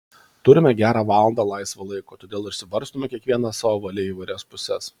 turime gerą valandą laisvo laiko todėl išsibarstome kiekvienas savo valia į įvairias puses